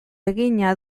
egina